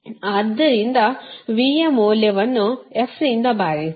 ಆದ್ದರಿಂದ v ಯ ಮೌಲ್ಯವನ್ನು f ನಿಂದ ಭಾಗಿಸಿ